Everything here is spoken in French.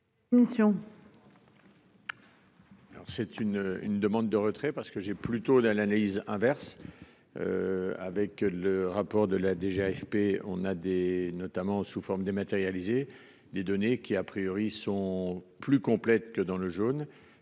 une, une demande de retrait parce que j'ai plutôt dans l'analyse inverse. Avec le rapport de la DGA. AFP. On a des notamment sous forme dématérialisée des données qui a priori sont plus complète que dans le jaune